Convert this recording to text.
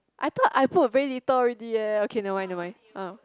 I thought I put very little already eh okay nevermind nevermind ah